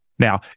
Now